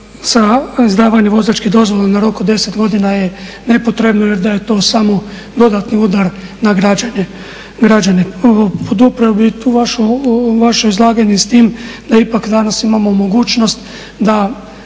sa izdavanjem vozačke dozvole na rok od 10 godina je nepotrebno jer da je to samo dodatni udar na građane. Podupro bih tu vaše izlaganje s tim da ipak danas imamo mogućnost da